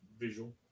Visual